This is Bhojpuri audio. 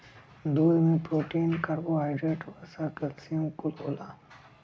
दूध में प्रोटीन, कर्बोहाइड्रेट, वसा, कैल्सियम कुल होला